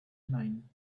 mind